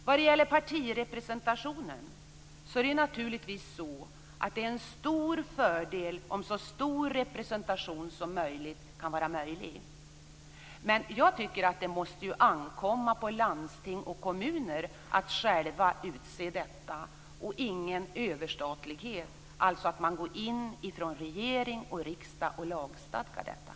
Vad gäller partirepresentationen är det naturligtvis en stor fördel med en så stor representation som möjligt. Men jag tycker att det måste ankomma på landsting och kommuner att själva utse denna. Det skall inte vara någon överstatlighet, alltså att man går in från regering och riksdag och lagstadgar om detta.